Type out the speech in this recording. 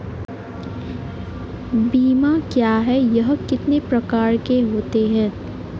बीमा क्या है यह कितने प्रकार के होते हैं?